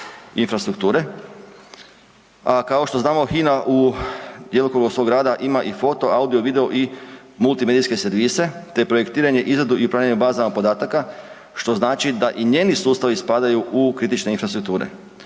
infrastrukture, a kao što znamo HINA u djelokrugu svog rada ima i foto, audio, video i multimedijske servise te projektiranje, izradu i planiranje bazama podataka što znači da i njeni sustavi spadaju u kritične infrastrukture.